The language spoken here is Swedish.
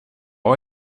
har